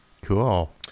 cool